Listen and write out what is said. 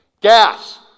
Gas